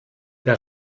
der